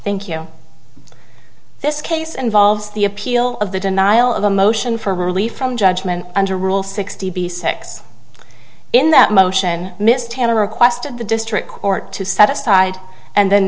thank you this case involves the appeal of the denial of a motion for relief from judgment under rule sixty secs in that motion miss tanner requested the district court to set aside and then